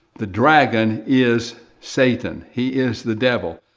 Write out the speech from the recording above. the dragon is satan. he is the devil.